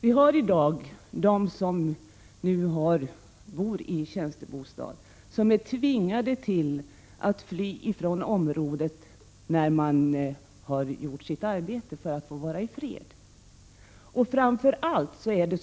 I dag finns det fastighetsskötare som bor i tjänstebostad och som tvingas fly från området när de har gjort sitt arbete för att få vara i fred.